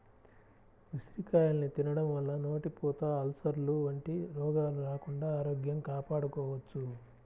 ఉసిరికాయల్ని తినడం వల్ల నోటిపూత, అల్సర్లు వంటి రోగాలు రాకుండా ఆరోగ్యం కాపాడుకోవచ్చు